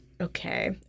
okay